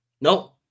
No